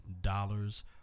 dollars